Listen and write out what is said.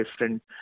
different